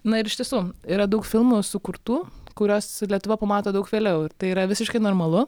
na ir iš tiesų yra daug filmų sukurtų kuriuos lietuva pamato daug vėliau ir tai yra visiškai normalu